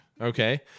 Okay